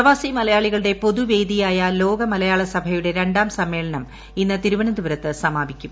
പ്രവാസി മലയാളികളുടെ പൊതുവേദിയായ ലോക മലയാള സഭയുടെ രണ്ടാം സമ്മേളനം ഇന്ന് തിരുവനന്തപുരത്ത് സമാപിക്കും